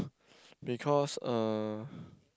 because uh